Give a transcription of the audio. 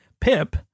Pip